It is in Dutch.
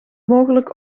mogelijk